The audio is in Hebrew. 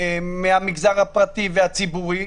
מהמגזר הפרטי והציבורי,